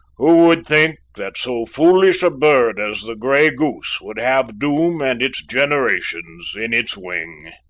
who would think that so foolish a bird as the grey goose would have doom and its generations in its wing?